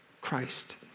Christ